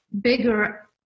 bigger